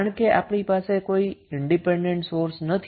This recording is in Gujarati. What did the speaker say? કારણ કે આપણી પાસે કોઈ ઈન્ડીપેન્ડન્ટ સોર્સ નથી